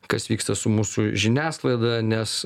kas vyksta su mūsų žiniasklaida nes